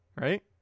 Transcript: right